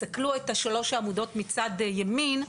תסתכלו על שלוש העמודות מצד ימין,